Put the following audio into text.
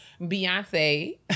Beyonce